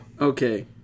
Okay